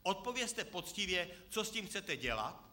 Odpovězte poctivě, co s tím chcete dělat.